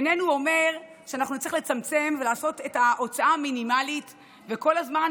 איננו אומר שאנחנו נצטרך לצמצם ולעשות את ההוצאה המינימלית וכל הזמן